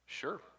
sure